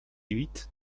huit